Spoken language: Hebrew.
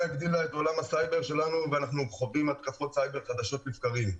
הגדילה את עולם הסייבר שלנו ואנחנו חווים התקפות סייבר חדשות לבקרים.